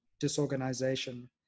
disorganization